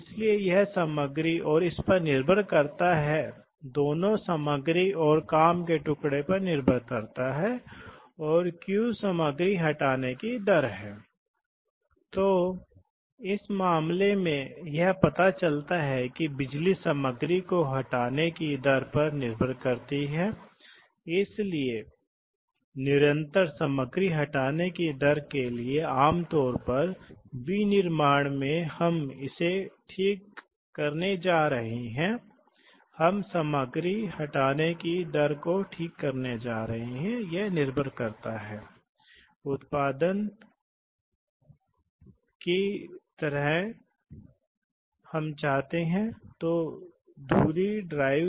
अब हम अंतिम विषय पर आते हैं जो हाइड्रोलिक और हाइड्रोलिक इलेक्ट्रिक और न्यूमेटिक्स प्रणालियों की तुलना है इसलिए यह पता चलता है कि कम शक्ति के लिए कम जटिलता उच्च मात्रा के अनुप्रयोग आम तौर पर न्यूमेटिक्स सिस्टम कभी कभी आपको एक फायदा देने के लिए होते हैं यही कारण है कि इसका उपयोग आप बड़े पैमाने पर न्यूमेटिक्स साधनों का उपयोग करने जैसी चीजों को जानने के लिए करते हैं आप एक मोटर वाहन कारखाने की तरह असेंबली दुकानों को जानते हैं